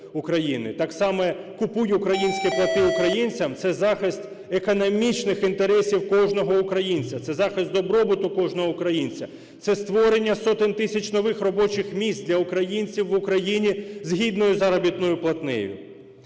Так само "Купуй українське, плати українцям" – це захист економічних інтересів кожного українця, це захист добробуту кожного українця, це створення сотень тисяч нових робочих місць для українців в Україні з гідною заробітною платнею.